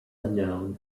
unknown